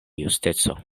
justeco